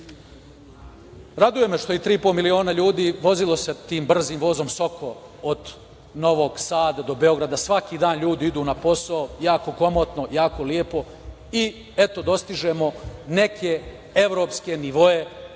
zemlje. Raduje me što se 3,5 miliona ljudi vozilo tim brzim vozom „Soko“ od Novog Sada do Beograda. Svaki dan ljudi idu na posao jako komotno, jako lepo i eto dostižemo neke evropske nivoe.